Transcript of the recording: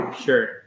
Sure